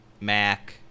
Mac